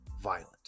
violent